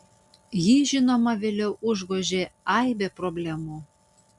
jį žinoma vėliau užgožė aibė problemų